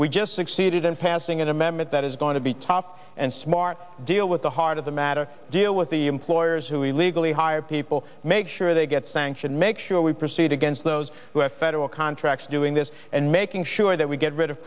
we just succeeded in passing an amendment that is going to be tough and smart do well with the heart of the matter deal with the employers who illegally hire people make sure they get sanctioned make sure we proceed against those who have federal contracts doing this and making sure that we get rid of